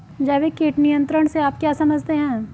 जैविक कीट नियंत्रण से आप क्या समझते हैं?